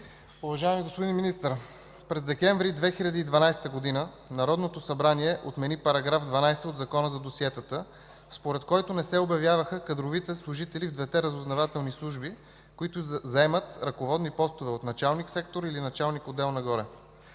Уважаеми господин Министър, през декември 2012 г. Народното събрание отмени § 12 от Закона за досиетата, според който не се обявяваха кадровите служители в двете разузнавателни служби, които заемат ръководни постове от началник-сектор или началник-отдел нагоре.